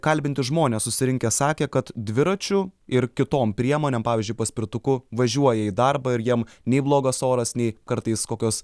kalbinti žmonės susirinkę sakė kad dviračiu ir kitom priemonėm pavyzdžiui paspirtuku važiuoja į darbą ir jam nei blogas oras nei kartais kokios